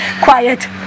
Quiet